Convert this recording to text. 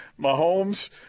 Mahomes